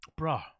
Bruh